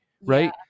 right